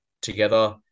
together